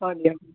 ਹਾਂਜੀ ਹਾਂਜੀ